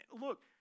look